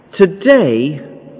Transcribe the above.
today